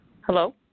Hello